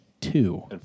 two